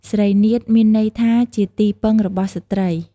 ស្រីនាថ មានន័យថាជាទីពឹងរបស់ស្រ្តី។